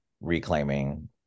reclaiming